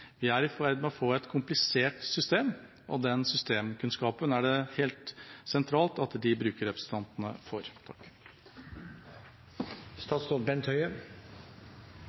er i ferd med å få et komplisert system, og den systemkunnskapen er det helt sentralt at de